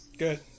Good